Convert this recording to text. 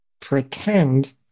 pretend